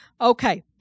Okay